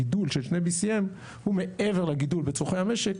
הגידול של BCM2 הוא מעבר לגידול בצרכי המשק,